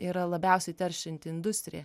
yra labiausiai teršianti industrija